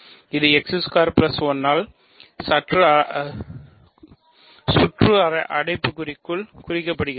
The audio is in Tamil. இது 1 ஆல் சுற்று அடைப்புக்குறிக்குள் குறிக்கப்படுகிறது